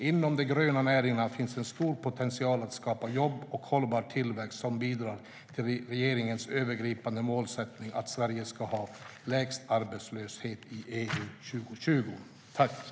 Inom de gröna näringarna finns en stor potential att skapa jobb och hållbar tillväxt som bidrar till regeringens övergripande målsättning att Sverige ska ha lägst arbetslöshet i EU år 2020.